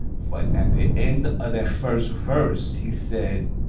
fight at the end of their first verse, he said.